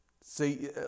See